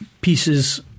pieces